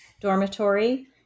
dormitory